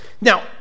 Now